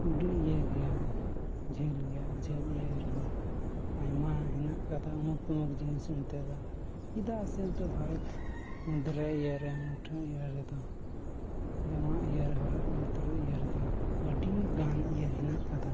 ᱟᱹᱰᱤ ᱤᱭᱟᱹ ᱜᱮᱭᱟ ᱡᱷᱟᱹᱞ ᱜᱮᱭᱟ ᱡᱷᱟᱹᱞ ᱤᱭᱟᱹ ᱨᱮᱦᱚᱸ ᱟᱭᱢᱟ ᱦᱮᱱᱟᱜ ᱠᱟᱫᱟ ᱩᱢᱩᱠ ᱛᱩᱢᱩᱠ ᱡᱤᱱᱤᱥ ᱚᱱᱛᱮ ᱫᱚ ᱪᱮᱫᱟᱜ ᱥᱮ ᱚᱱᱛᱮ ᱵᱷᱟᱨᱚᱛ ᱢᱚᱫᱽᱫᱷᱮ ᱨᱮ ᱤᱭᱟᱹ ᱨᱮ ᱢᱩᱴᱷᱟᱹᱱ ᱤᱭᱟᱹ ᱨᱮᱫᱚ ᱡᱮᱢᱚᱱ ᱤᱭᱟᱹ ᱨᱮᱦᱚᱸ ᱥᱩᱢᱩᱫᱨᱩ ᱤᱭᱟᱹ ᱨᱮᱫᱚ ᱟᱹᱰᱤᱜᱟᱱ ᱤᱭᱟᱹ ᱦᱮᱱᱟᱜ ᱟᱠᱟᱫᱟ